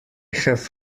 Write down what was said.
have